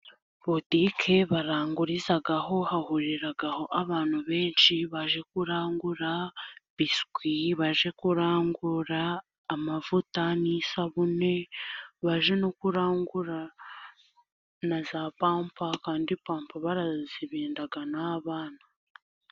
Butike barangurizaho hahuriraho abantu benshi baje kurangura biswi, baje kurangura amavuta n'isabune, baje no kurangura na za pampa kandi pampa bazibinda n'abana.